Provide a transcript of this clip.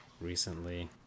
recently